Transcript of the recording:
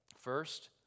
First